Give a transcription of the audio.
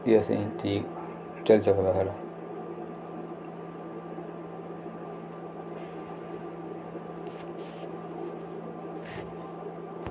एह् असेंगी ठीक चली सकदा साढ़ा